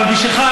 אבל בשבילך,